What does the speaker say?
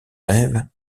rêve